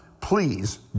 Please